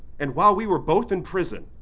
and while we were both in prison,